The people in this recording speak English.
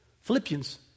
Philippians